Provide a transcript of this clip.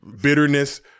Bitterness